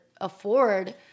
afford